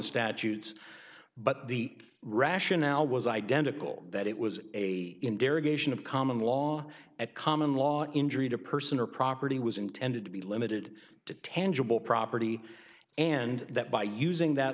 statutes but the rationale was identical that it was a in derogation of common law at common law injury to a person or property was intended to be limited to tangible property and that by using that